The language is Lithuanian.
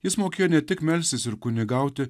jis mokėjo ne tik melstis ir kunigauti